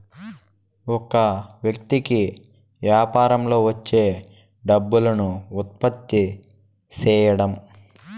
ఒక వ్యక్తి కి యాపారంలో వచ్చే డబ్బును ఉత్పత్తి సేయడం